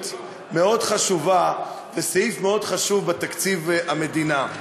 מאוד חשובה לסעיף מאוד חשוב בתקציב המדינה.